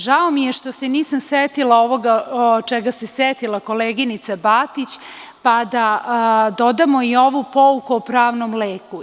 Žao mi je što se nisam setila ovoga čega se setila koleginica Batić, pa da dodamo i ovu pouku o pravnom leku.